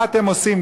מה אתם עושים,